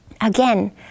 Again